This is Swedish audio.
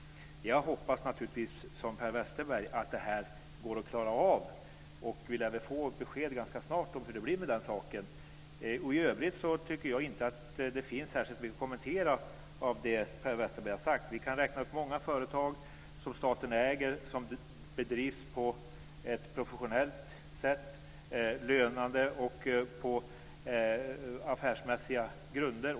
Jag hoppas naturligtvis, liksom Per Westerberg, att det går att klara av det här. Vi lär väl ganska snart få ett besked om hur det blir med den saken. I övrigt tycker jag inte att det finns särskilt mycket att kommentera när det gäller det som Per Westerberg har sagt. Vi kan räkna upp många företag som staten äger och som bedrivs på ett professionellt sätt, lönande och på affärsmässiga grunder.